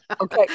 Okay